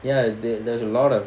ya there there's a lot of